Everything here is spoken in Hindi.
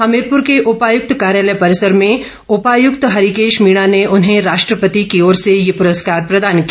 हमीरपुर के उपायुक्त कार्यालय परिसर में उपायुक्त हरिकेश मीणा ने उन्हें राष्ट्रपति की ओर से ये पुरस्कार प्रदान किया